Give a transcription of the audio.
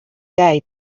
day